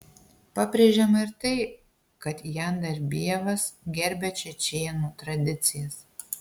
pabrėžiama ir tai kad jandarbijevas gerbia čečėnų tradicijas